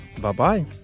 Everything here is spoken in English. Bye-bye